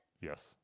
Yes